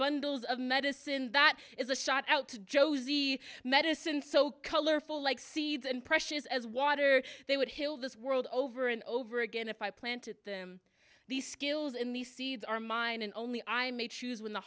bundles of medicine that is a shot out to josie medicine so colorful like seeds and precious as water they would hill this world over and over again if i planted them these skills in these seeds are mine and only i may choose when the